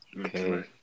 Okay